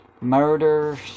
murders